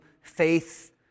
faith